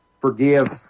forgive